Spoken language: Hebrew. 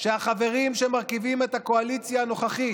שהחברים שמרכיבים את הקואליציה הנוכחית